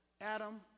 Adam